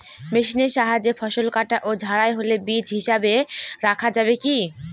মেশিনের সাহায্যে ফসল কাটা ও ঝাড়াই হলে বীজ হিসাবে রাখা যাবে কি?